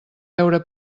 veure